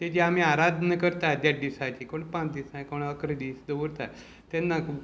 तेजी आमी आराधना करतात देड दिसांची कोण पांच दीस कोण अकरा दीस दवरतात तेन्ना